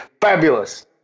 fabulous